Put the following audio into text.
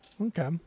Okay